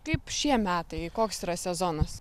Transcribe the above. kaip šie metai koks yra sezonas